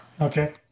Okay